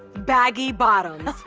baggy bottoms.